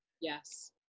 Yes